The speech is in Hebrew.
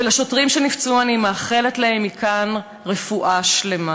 ולשוטרים שנפצעו אני מאחלת מכאן רפואה שלמה,